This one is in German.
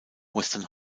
western